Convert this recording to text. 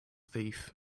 thief